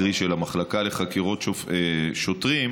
קרי של המחלקה לחקירות שוטרים,